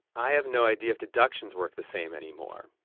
i have no idea if deductions work the same anymore.